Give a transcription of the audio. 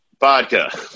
vodka